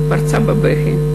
ופרצה בבכי.